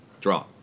Draw